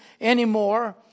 anymore